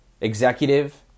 executive